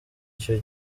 icyo